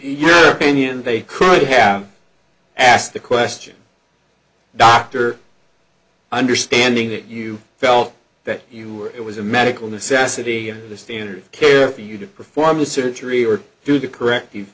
your opinion they could have asked the question dr understanding that you felt that you were it was a medical necessity the standard care for you to perform the surgery or do the correct